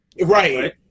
Right